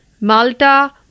Malta